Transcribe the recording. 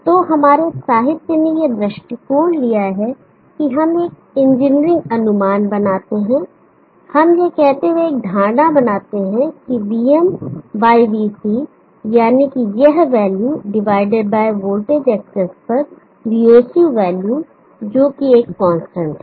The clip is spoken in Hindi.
तो हमारे साहित्य ने यह दृष्टिकोण लिया है कि हम एक इंजीनियरिंग अनुमान बनाते हैं हम यह कहते हुए एक धारणा बनाते हैं कि vm voc यानी कि यह value divided by voltage excess पर voc वैल्यू जो कि कांस्टेंट है